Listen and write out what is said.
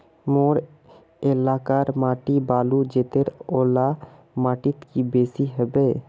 मोर एलाकार माटी बालू जतेर ओ ला माटित की बेसी हबे?